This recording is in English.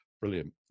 Brilliant